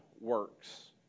works